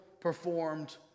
performed